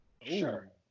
Sure